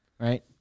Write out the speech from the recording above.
Right